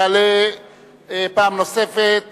יעלה פעם נוספת